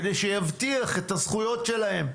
כדי שיבטיחו את הזכויות שלהם.